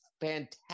fantastic